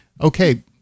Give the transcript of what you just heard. Okay